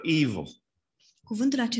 evil